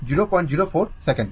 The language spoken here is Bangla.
তো এটি 004 সেকেন্ড